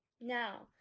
Now